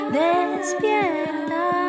despierta